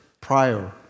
prior